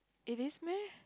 it is meh